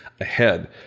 ahead